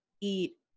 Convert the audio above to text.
eat